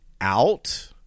out